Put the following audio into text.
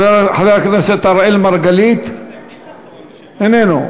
חבר הכנסת אראל מרגלית, איננו.